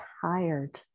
tired